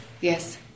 yes